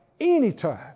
anytime